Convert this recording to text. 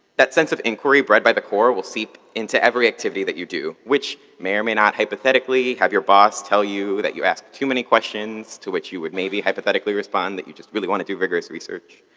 that sense of inquiry bred by the core will seep into every activity that you do, which may or may not hypothetically have your boss tell you that you ask too many questions, to which you would maybe hypothetically respond that you just really want to do rigorous research.